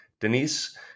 Denise